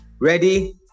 ready